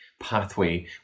pathway